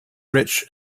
rich